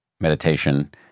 meditation